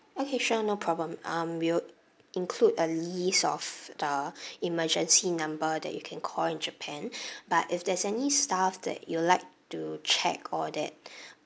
okay sure no problem um we'll include a list of uh emergency number that you can call in japan but if there's any stuff that you would like to check or that